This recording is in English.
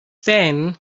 then